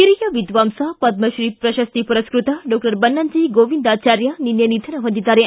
ಹಿರಿಯ ವಿದ್ವಾಂಸ ಪದ್ಮಶ್ರೀ ಪ್ರಶಸ್ತಿ ಪುರಸ್ಕೃತ ಡಾಕ್ಟರ್ ಬನ್ನಂಜಿ ಗೋವಿಂದಾಚಾರ್ಯ ನಿನ್ನೆ ನಿಧನ ಹೊಂದಿದ್ದಾರೆ